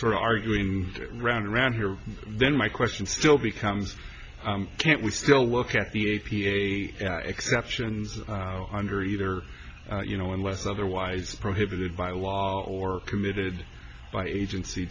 sort of arguing round around here then my question still becomes can't we still work at the a p a exceptions under either you know unless otherwise prohibited by law or committed by agency